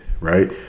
Right